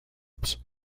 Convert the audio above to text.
ups